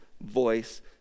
voice